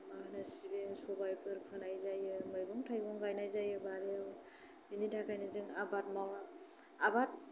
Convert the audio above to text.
मा होनो सिबिं सबाय बेफोर फोनाय जायो मैगं थाइगं गायनाय जायो बारियाव बिनि थाखायनो जों आबाद मावनायाव आबाद